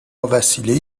وسیلهای